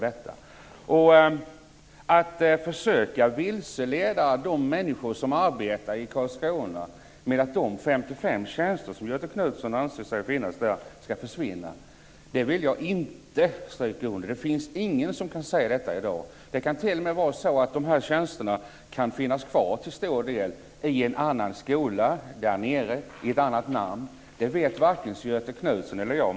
Göthe Knutson försöker vilseleda de människor som arbetar i Karlskrona med att säga att de 55 tjänster som Göthe Knutson anser finnas där skall försvinna. Det är ingenting som jag vill bekräfta. Det finns ingen som kan säga det i dag. Dessa tjänster kan t.o.m. till stor del bli kvar - i en annan skola där nere, under ett annat namn. Det vet varken Göthe Knutson eller jag.